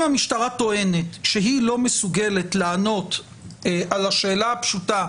אם המשטרה טוענת שהיא לא מסוגלת לענות על השאלה הפשוטה,